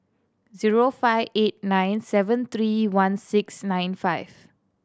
zero five eight nine seven three one six nine five